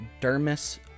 dermis